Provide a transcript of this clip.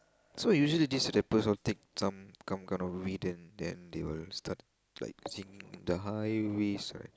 so usually these rappers all take some come kind of weed then they will start like singing the high risk right